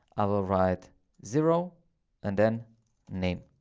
i will write zero and then name.